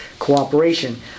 cooperation